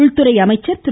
உள்துறை அமைச்சர் திரு